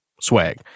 swag